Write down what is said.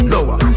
Lower